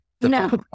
No